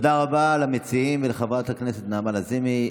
תודה רבה למציעים ולחברת הכנסת נעמה לזימי.